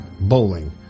bowling